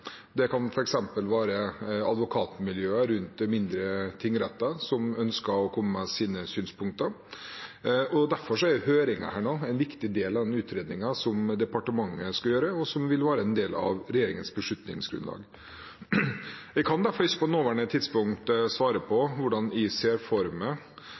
Det kan f.eks. være advokatmiljøet rundt mindre tingretter som ønsker å komme med sine synspunkter. Derfor er høringen her nå en viktig del av den utredningen som departementet skal gjøre, og som vil være en del av regjeringens beslutningsgrunnlag. Jeg kan derfor ikke på det nåværende tidspunkt svare